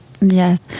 Yes